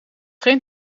geen